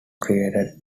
created